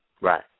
Right